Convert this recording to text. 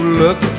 look